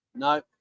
no